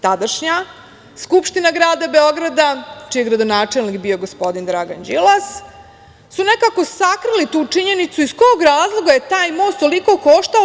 Tadašnja Skupština grada Beograda, čiji je gradonačelnik bio gospodin Dragan Đilas, su nekako sakrili tu činjenicu iz kog razloga je taj most toliko koštao.